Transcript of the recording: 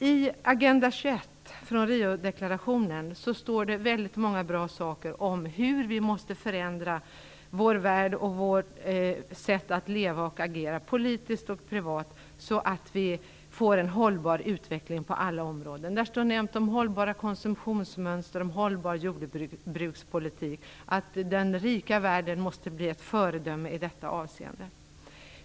I Agenda 21 från Rio-deklarationen står det väldigt många bra saker om hur vi måste förändra vår värld och vårt sätt att leva och agera politiskt och privat, så att vi får en hållbar utveckling på alla områden. Där nämns hållbara konsumtionsmönster, hållbar jordbrukspolitik och att den rika världen måste bli ett föredöme i detta avseende.